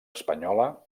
espanyola